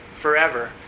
forever